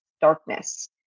darkness